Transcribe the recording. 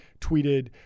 tweeted